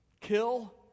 kill